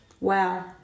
Wow